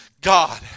God